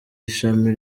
ishami